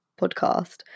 podcast